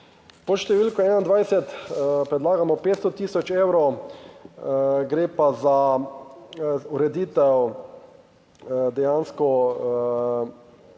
Pod številko 21 predlagamo 500 tisoč evrov, gre pa za ureditev dejansko